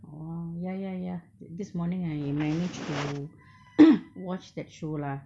orh ya ya ya this morning I managed to watch that show lah